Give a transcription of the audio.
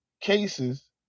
cases